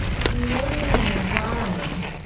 creating an environment